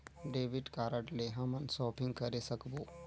Debit card ले हमन shopping करे सकबो?